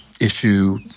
issue